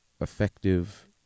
effective